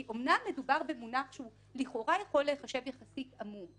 כי אמנם מדובר במונח שלכאורה יכול להיחשב יחסית עמום,